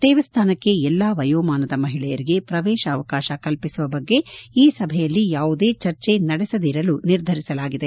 ದೇವಸ್ಥಾನಕ್ಕೆ ಎಲ್ಲಾ ವಯೋಮಾನದ ಮಹಿಳೆಯರಿಗೆ ಪ್ರವೇಶಾವಕಾಶ ಕಲ್ಪಿಸುವ ಬಗ್ಗೆ ಈ ಸಭೆಯಲ್ಲಿ ಯಾವುದೇ ಚರ್ಚೆ ನಡೆಸದಿರಲು ನಿರ್ಧರಿಸಲಾಗಿದೆ